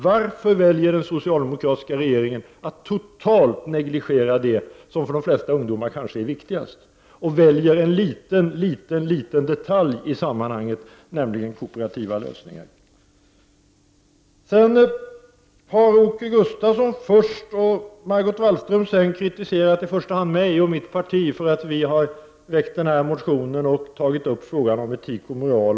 Varför väljer den socialdemokratiska regeringen att totalt negligera det som för de flesta kanske är det viktigaste och väljer en liten detalj i sammanhanget, nämligen kooperativa lösningar? Först kritiserade Åke Gustavsson och sedan Margot Wallström mig och mitt parti för att ha väckt en motion i fråga om etik och moral.